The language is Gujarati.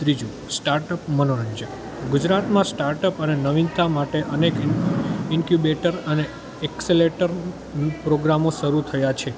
ત્રીજું સ્ટાર્ટઅપ મનોરંજન ગુજરાતમાં સ્ટાર્ટઅપ અને નવીનતા માટે અનેક ઇન્કયુબેટર અને એકસલેટર પ્રોગ્રામો શરૂ થયા છે